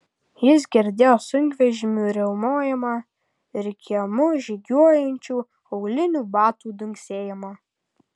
jis girdėjo sunkvežimių riaumojimą ir kiemu žygiuojančių aulinių batų dunksėjimą